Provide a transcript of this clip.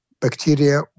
bacteria